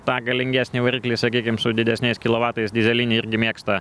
tą galingesnį variklį sakykim su didesniais kilovatais dyzelinį irgi mėgsta